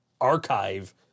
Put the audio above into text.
archive